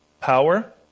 power